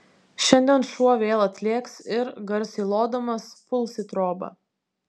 šiandien šuo vėl atlėks ir garsiai lodamas puls į trobą